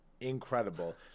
incredible